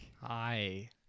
Hi